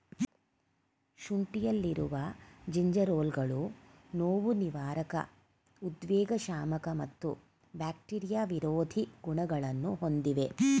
ಶುಂಠಿಯಲ್ಲಿರುವ ಜಿಂಜೆರೋಲ್ಗಳು ನೋವುನಿವಾರಕ ಉದ್ವೇಗಶಾಮಕ ಮತ್ತು ಬ್ಯಾಕ್ಟೀರಿಯಾ ವಿರೋಧಿ ಗುಣಗಳನ್ನು ಹೊಂದಿವೆ